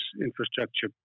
infrastructure